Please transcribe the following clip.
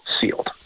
sealed